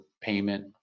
payment